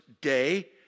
day